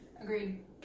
Agreed